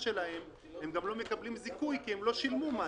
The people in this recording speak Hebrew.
שלהם הם גם לא מקבלים זיכוי כי הם לא שילמו מס,